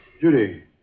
Judy